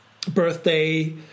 birthday